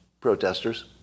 protesters